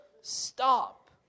stop